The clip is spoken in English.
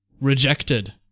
Rejected